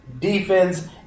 defense